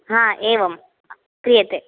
हा एवं क्रियते